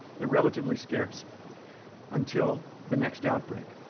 they're relatively scarce until the next outbreak.